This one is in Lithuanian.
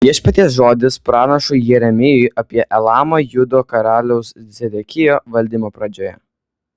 viešpaties žodis pranašui jeremijui apie elamą judo karaliaus zedekijo valdymo pradžioje